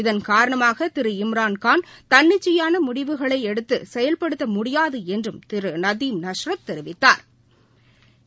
இதன் காரணமாக திரு இம்ரான்கான் தன்னிச்சையாக முடிவுகளை எடுத்து செயல்படுத்த முடியாது என்றும் திரு நதீம் நஸ்ரத் தெரிவித்தாா்